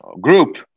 group